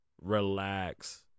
relax